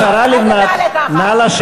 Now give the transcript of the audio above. השרה לבנת, אל תדבר אלי ככה.